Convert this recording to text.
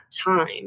time